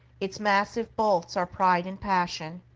its massive bolts are pride and passion,